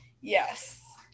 yes